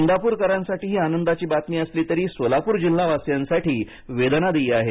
इंदाप्रकरांसाठी ही आनंदाची बातमी असली तरी सोलाप्र जिल्हावासीयांसाठी वेदनादायी आहे